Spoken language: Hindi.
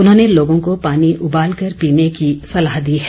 उन्होंने लोगों को पानी उबाल कर पीने की सलाह दी है